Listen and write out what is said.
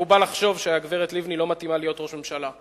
מקובל לחשוב שהגברת לבני לא מתאימה להיות ראש ממשלה,